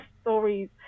stories